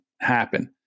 happen